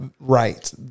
Right